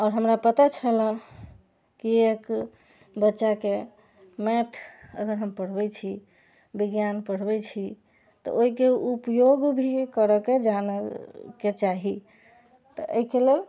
आओर हमरा पता छलै किएक कि बच्चाके मैथ अगर हम पढ़बै छी विज्ञान पढ़बै छी तऽ ओइके उपयोग भी करैके जानऽके चाही तऽ अइके लेल